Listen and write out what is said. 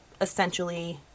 essentially